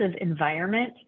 environment